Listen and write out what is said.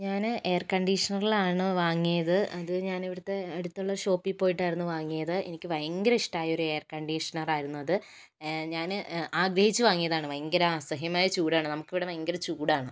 ഞാൻ എയർകണ്ടീഷണർലാണ് വാങ്ങിയത് അത് ഞാൻ ഇവിടുത്തെ അടുത്തുള്ള ഷോപ്പിൽ പോയിട്ടായിരുന്നു വാങ്ങിയത് എനിക്ക് ഭയങ്കര ഇഷ്ടമായ ഒരു എയർ കണ്ടീഷണർ ആയിരുന്നു അത് ഞാൻ ആഗ്രഹിച്ചു വാങ്ങിയതാണ് ഭയങ്കര അസഹ്യമായ ചൂടാണ് നമുക്കിവിടെ ഭയങ്കര ചൂടാണ്